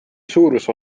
suuruse